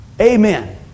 Amen